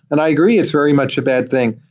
and i agree. it's very much a bad thing,